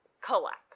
collapse